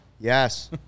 Yes